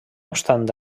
obstant